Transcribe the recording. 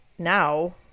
Now